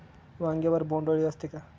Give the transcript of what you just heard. वांग्यावर बोंडअळी असते का?